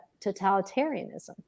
totalitarianism